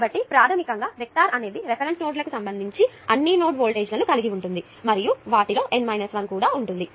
కాబట్టి ప్రాథమికంగా వెక్టర్ అనేది రిఫరెన్స్ నోడ్లకు సంబంధించి అన్ని నోడ్ వోల్టేజ్లను కలిగి ఉంటుంది మరియు వాటిలో N 1 ఉంటుంది